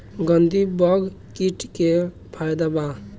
गंधी बग कीट के का फायदा बा?